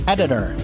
Editor